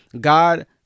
God